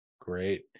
great